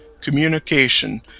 communication